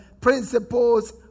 principles